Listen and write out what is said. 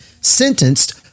sentenced